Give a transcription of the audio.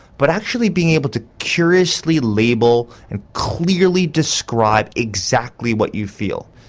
but actually being able to curiously label and clearly describe exactly what you feel.